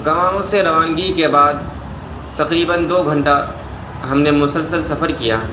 گاؤں سے روانگی کے بعد تقریباً دو گھنٹہ ہم نے مسلسل سفر کیا